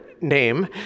name